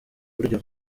buryo